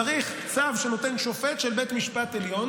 צריך צו שנותן שופט של בית משפט עליון